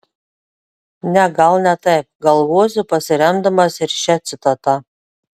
ne gal ne taip galvosiu pasiremdamas ir šia citata